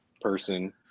person